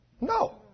No